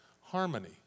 harmony